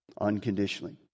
unconditionally